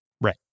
Right